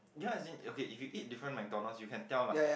ya as in okay if you eat different McDonald's you can tell like